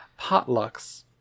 potlucks